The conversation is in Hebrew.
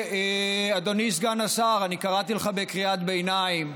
אדוני סגן השר, אני קראתי לך בקריאת ביניים.